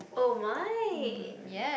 oh my